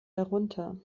herunter